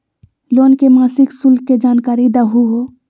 Loan के मासिक शुल्क के जानकारी दहु हो?